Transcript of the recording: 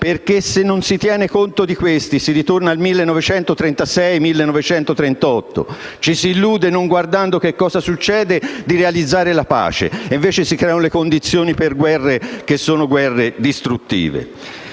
perché se non si tiene conto di questi si ritorna al 1936-1938. Ci si illude, non guardando cosa succede, di realizzare la pace e invece si creano le condizioni per guerre che sono guerre distruttive.